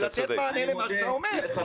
זה לתת מענה למה שאתה אומר.